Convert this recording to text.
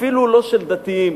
אפילו לא של דתיים,